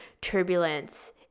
turbulence